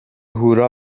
هورا